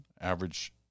Average